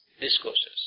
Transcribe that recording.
discourses